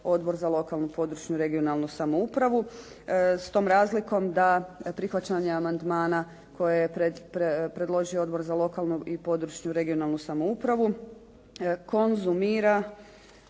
Odbor za lokalnu i područnu (regionalnu) samoupravu s tom razlikom da prihvaćanje amandmana koje je predložio Odbor za lokalnu i područnu (regionalnu) samoupravu konzumira